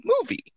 movie